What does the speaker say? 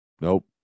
Nope